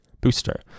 booster